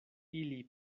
ili